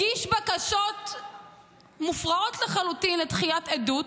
הגיש בקשות מופרעות לחלוטין לדחיית עדות.